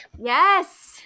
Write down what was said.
Yes